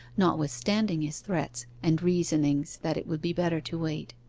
notwithstanding his threats, and reasonings that it will be better to wait.